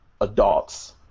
adults